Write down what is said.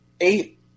eight